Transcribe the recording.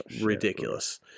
ridiculous